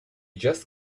just